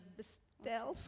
bestel